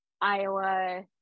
Iowa